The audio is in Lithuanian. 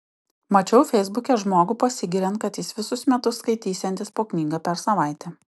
mačiau feisbuke žmogų pasigiriant kad jis visus metus skaitysiantis po knygą per savaitę